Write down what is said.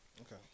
okay